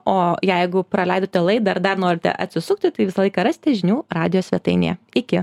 o jeigu praleidote laidą ar dar norite atsisukti tai visą laiką rasite žinių radijo svetainėje iki